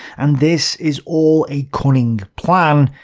and this is all a cunning plan,